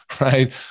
right